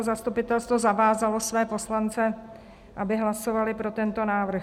Zastupitelstvo zavázalo své poslance, aby hlasovali pro tento návrh.